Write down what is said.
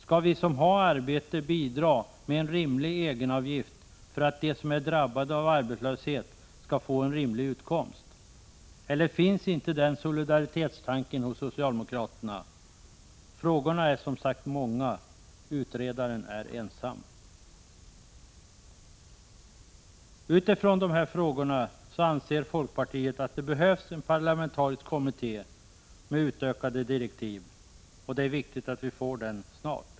Skall vi som har ett arbete bidra med en rimlig egenavgift för att de som drabbats av arbetslöshet skall få en rimlig utkomst? Eller finns inte den solidaritetstanken hos socialdemokraterna? Frågorna är som synes många. Utredaren är ensam. Med utgångspunkt i dessa frågor anser vi i folkpartiet att det behövs en parlamentariskt sammansatt kommitté med utökade direktiv. Det är viktigt att vi får en sådan snart.